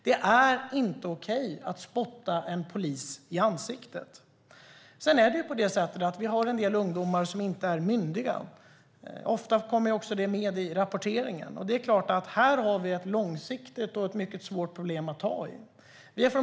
Det är inte okej att spotta en polis i ansiktet. Av rapporterna framgår det att en del ungdomar är omyndiga. Det är ett långsiktigt och svårt problem att lösa.